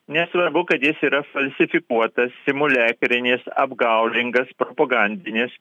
nesvarbu kad jis yra falsifikuotas simuliakrinis apgaulingas propagandinis